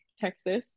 Texas